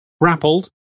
grappled